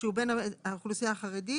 שהוא בן האוכלוסיה החרדית,